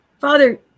Father